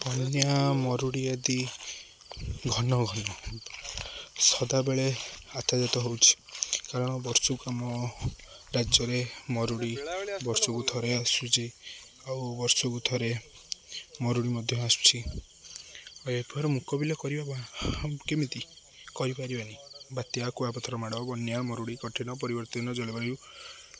ବନ୍ୟା ମରୁଡ଼ି ଆଦି ଘନ ଘନ ସଦାବେଳେ ଆତଜାତ ହଉଛି କାରଣ ବର୍ଷକୁ ଆମ ରାଜ୍ୟରେ ମରୁଡ଼ି ବର୍ଷକୁ ଥରେ ଆସୁଛି ଆଉ ବର୍ଷକୁ ଥରେ ମରୁଡ଼ି ମଧ୍ୟ ଆସୁଛି ଆଉ ଏଥର ମୁକାବିଲା କରିବା କେମିତି କରିପାରିବାନି ବାତ୍ୟା କୁଆପଥର ମାଡ଼ ବନ୍ୟା ମରୁଡ଼ି କଠିନ ପରିବର୍ତ୍ତନ ଜଳବାୟୁ